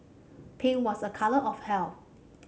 pink was a colour of health